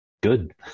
good